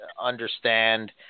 understand